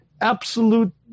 absolute